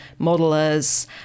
modelers